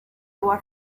our